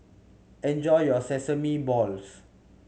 enjoy your sesame balls